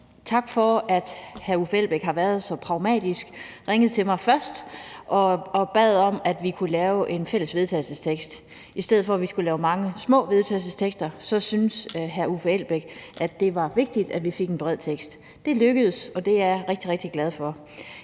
tak for, at hr. Uffe Elbæk var så pragmatisk først at ringe til mig og bede om, at vi kunne lave en fælles vedtagelsestekst. I stedet for at vi skulle lave mange små vedtagelsestekster, syntes hr. Uffe Elbæk, at det var vigtigt, at vi fik en bred vedtagelsestekst. Det lykkedes, og det er jeg rigtig, rigtig glad for.